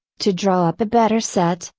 to draw up a better set,